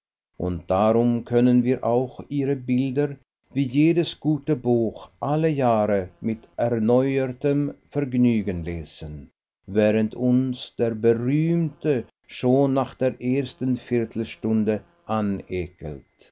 und darum können wir auch ihre bilder wie jedes gute buch alle jahre mit erneuertem vergnügen lesen während uns der berühmte schon nach der ersten viertelstunde